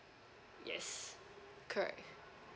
yes correct